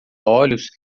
olhos